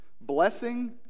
blessing